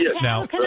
Now